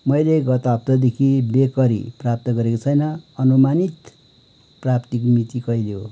मैले गत हप्तादेखि बेकरी प्राप्त गरेको छैन अनुमानित प्राप्ति मिति कहिले हो